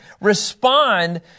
respond